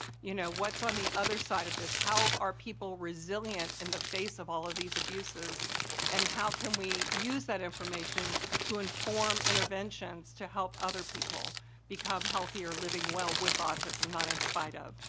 you know? what's on the other side of this, how are people resilient in the face of all these abuses and how can we use that information to inform interventions to help other people become healthier living well with autism, not in spite of.